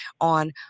on